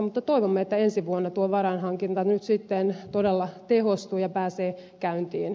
mutta toivomme että ensi vuonna tuo varainhankinta sitten todella tehostuu ja pääsee käyntiin